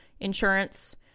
insurance